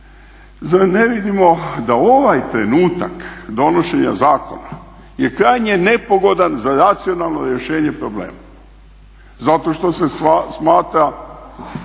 zar ne vidimo da ovaj trenutak donošenja zakona je krajnje nepogodan za racionalno rješenje problema zato što se smatra